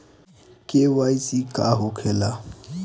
KYC का होखेला?